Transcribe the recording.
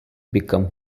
become